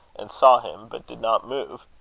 and saw him, but did not move.